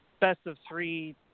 best-of-three